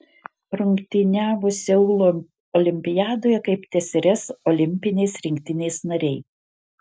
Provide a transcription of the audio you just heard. rungtyniavo seulo olimpiadoje kaip tsrs olimpinės rinktinės nariai